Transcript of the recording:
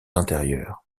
intérieures